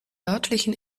örtlichen